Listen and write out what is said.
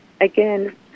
Again